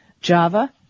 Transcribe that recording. Java